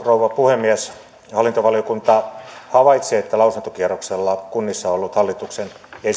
rouva puhemies hallintovaliokunta havaitsi että lausuntokierroksella kunnissa ollut hallituksen